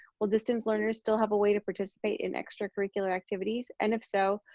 will distance learners still have a way to participate in extracurricular activities? and, if so,